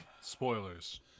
Spoilers